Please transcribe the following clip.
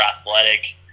athletic